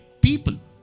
people